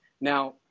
Now